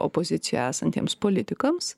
opozicijoj esantiems politikams